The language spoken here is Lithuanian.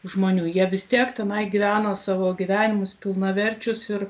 žmonių jie vis tiek tenai gyveno savo gyvenimus pilnaverčius ir